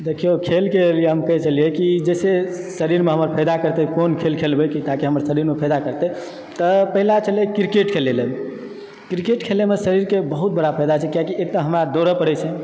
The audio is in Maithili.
देखिऔ खेलके लिअ हम कहय छलियै कि जे छै से शरीरमे हमर फायदा करतय कोन खेल खेलबय ताकि शरीरमे हमर फायदा करतय तऽ पहिला छलय क्रिकेट खेलयलऽ क्रिकेट खेलयमे शरीरके बहुत बड़ा फायदा छै किआकि एक तऽ हमरा दौड़य पड़ैत छै